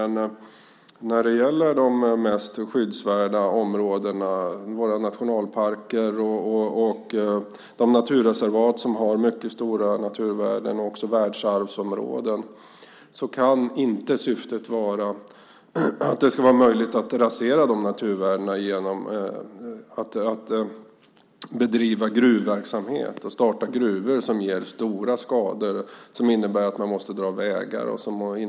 När det gäller de mest skyddsvärda områdena, våra nationalparker och de naturreservat som har mycket stora naturvärden och också världsarvsområden, kan syftet inte vara att det ska vara möjligt att rasera de naturvärdena genom att bedriva gruvverksamhet. Att starta gruvor innebär stora skador och att man måste dra vägar.